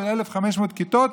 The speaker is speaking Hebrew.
של 1,500 כיתות,